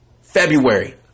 February